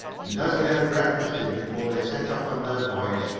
and as they had breakfasted before they set off on their voyage,